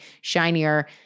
shinier